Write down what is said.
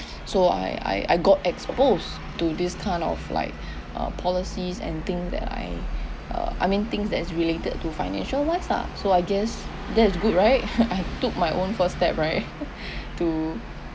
so I I I got exposed to this kind of like uh policies and thing that I uh I mean things that is related to financial wise ah so I guess that is good right I took my own first step right to